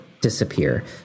disappear